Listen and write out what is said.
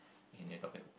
in that topic